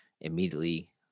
immediately